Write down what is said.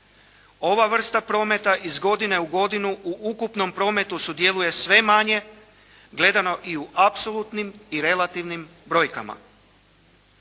ova vrsta prometa iz godine u godinu u ukupnog prometu sudjeluje sve manje gledano i u apsolutnim i relativnim brojkama.